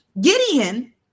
Gideon